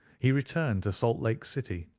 he returned to salt lake city,